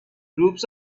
groups